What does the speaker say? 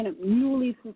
newly